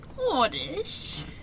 Oddish